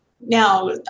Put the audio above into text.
now